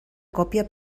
còpia